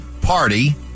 party